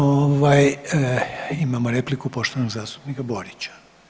Ovaj, imamo repliku poštovanog zastupnika Borića.